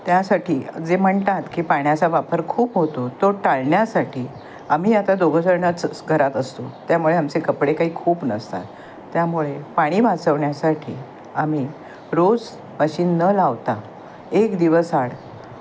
त्यासाठी जे म्हणतात की पाण्याचा वापर खूप होतो तो टाळण्यासाठी आम्ही आता दोघंजणंच घरात असतो त्यामुळे आमचे कपडे काही खूप नसतात त्यामुळे पाणी वाचवण्यासाठी आम्ही रोज अशीन न लावता एक दिवस आड